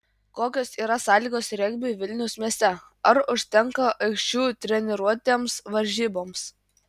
kokios yra sąlygos regbiui vilniaus mieste ar užtenka aikščių treniruotėms varžyboms